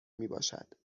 میباشد